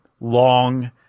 long